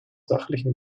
sachlichen